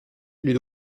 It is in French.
les